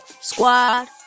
Squad